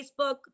Facebook